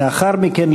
לאחר מכן,